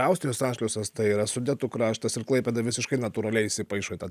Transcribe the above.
austrijos anšliusas tai yra sudetų kraštas ir klaipėda visiškai natūraliai įpaišo į tą